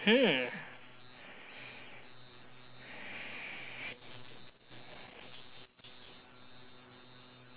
hmm